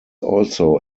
also